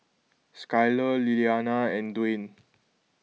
Skylar Lilyana and Dwane